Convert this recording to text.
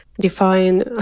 define